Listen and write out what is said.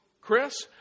Chris